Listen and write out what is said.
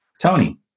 Tony